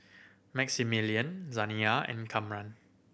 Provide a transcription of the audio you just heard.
Maximillian Zaniyah and Kamron